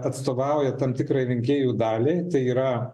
atstovauja tam tikrą rinkėjų dalį tai yra